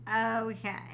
Okay